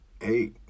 hey